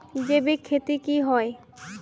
जैविक खेती की होय?